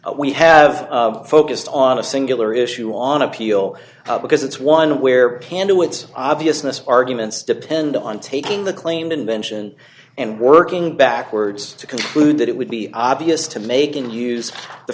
we have focused on a singular issue on appeal because it's one where pan to its obviousness arguments depend on taking the claimed invention and working backwards to conclude that it would be obvious to making use